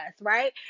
right